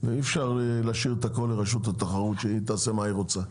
אי אפשר להשאיר את הכל לרשות התחרות שתעשה מה שהיא רוצה.